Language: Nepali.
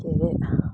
के अरे